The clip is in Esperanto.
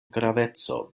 gravecon